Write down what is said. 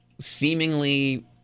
seemingly